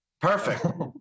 Perfect